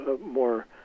more